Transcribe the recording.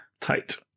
tight